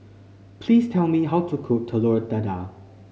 please tell me how to cook Telur Dadah